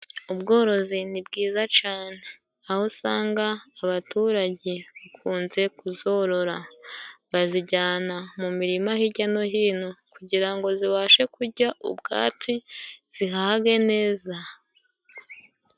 Ubworozi ni bwiza cane aho usanga abaturage bakunze kuzorora bazijyana mu mirima hijya no hino kugira ngo zibashe kujya ubwatsi zihage neza.